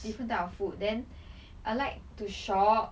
different type of food then I like to shop